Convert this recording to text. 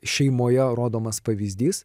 šeimoje rodomas pavyzdys